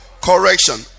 correction